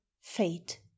fate